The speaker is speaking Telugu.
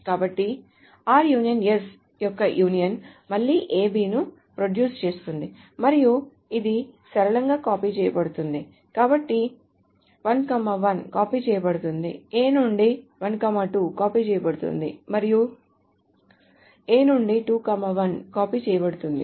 కాబట్టి r ∪ s యొక్క యూనియన్ మళ్ళీ A B ను ప్రొడ్యూస్ చేస్తుంది మరియు ఇది సరళంగా కాపీ చేయబడుతుంది కాబట్టి 1 1 కాపీ చేయబడుతుందిA నుండి 1 2 కాపీ చేయబడుతుంది మరియు A నుండి 2 1 కాపీ చేయబడుతుంది